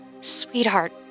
Sweetheart